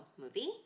movie